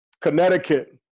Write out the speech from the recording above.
Connecticut